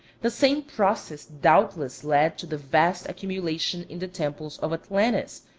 the same process doubtless led to the vast accumulations in the temples of atlantis,